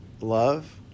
Love